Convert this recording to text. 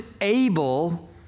able